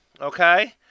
okay